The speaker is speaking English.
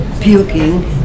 puking